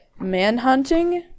Manhunting